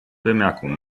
bemerkung